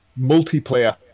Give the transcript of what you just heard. multiplayer